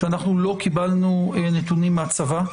שאנחנו לא קיבלנו נתונים מהצבא,